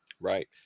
right